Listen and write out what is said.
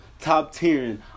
top-tiering